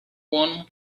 one